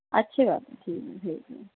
اچھی بات ٹھیک ٹھیک ہے